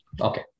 Okay